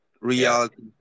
reality